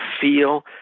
feel